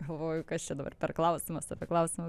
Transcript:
galvoju kas čia dabar per klausimas apie klausimą